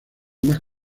más